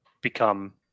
become